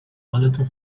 حالتون